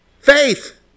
Faith